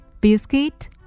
biscuit